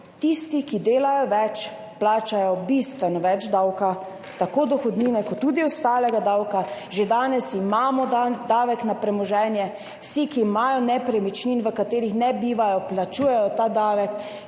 tisti, ki delajo več, plačajo bistveno več davka, tako dohodnine kot tudi ostalega davka. Že danes imamo davek na premoženje. Vsi, ki imajo nepremičnine, v katerih ne bivajo, plačujejo ta davek.